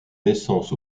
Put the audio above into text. naissance